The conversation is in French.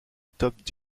top